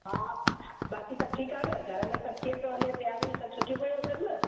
हा हा हा बाक़ी सभु ठीकु आहे न घर में सभु कीअं थो हले तियारियूं सभु सुठियूं पियूं हलनि न